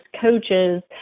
coaches